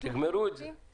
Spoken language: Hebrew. תגמרו את זה.